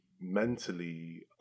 mentally